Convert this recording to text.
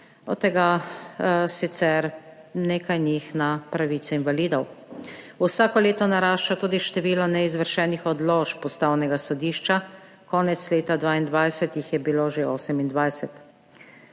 od tega sicer nekaj njih na pravice invalidov. Vsako leto narašča tudi število neizvršenih odločb Ustavnega sodišča, konec leta 2022 jih je bilo že 28.